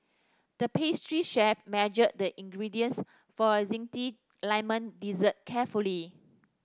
the pastry chef measured the ingredients for a zesty lemon dessert carefully